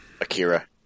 Akira